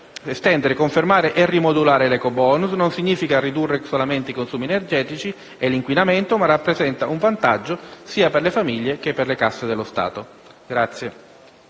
Estendere, confermare e rimodulare l'ecobonus non solo significa ridurre i consumi energetici e l'inquinamento, ma rappresenta anche un vantaggio sia per le famiglie che per le casse dello Stato.